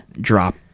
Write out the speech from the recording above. drop